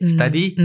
Study